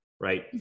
Right